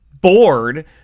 bored